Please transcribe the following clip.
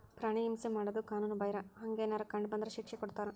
ಪ್ರಾಣಿ ಹಿಂಸೆ ಮಾಡುದು ಕಾನುನು ಬಾಹಿರ, ಹಂಗೆನರ ಕಂಡ ಬಂದ್ರ ಶಿಕ್ಷೆ ಕೊಡ್ತಾರ